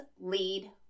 lead